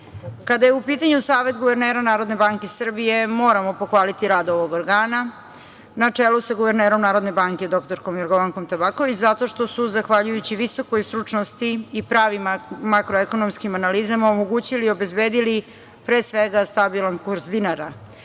je u pitanju Savet guvernera Narodne banke Srbije, moramo pohvaliti rad ovog organa, na čelu sa guvernerom Narodne banke dr Jorgovankom Tabaković, zato što su zahvaljujući visokoj stručnosti i pravim makroekonomskim analizama omogućili i obezbedili pre svega stabilan kurs dinara,